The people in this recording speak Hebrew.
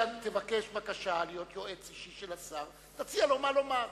תבקש להיות יועץ אישי של השר, ותציע לו מה לומר.